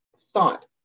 Thought